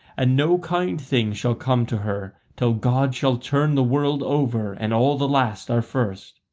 and no kind thing shall come to her, till god shall turn the world over and all the last are first.